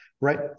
right